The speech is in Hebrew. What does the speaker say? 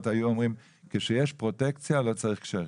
היו אומרים: כשיש פרוטקציה לא צריך קשרים.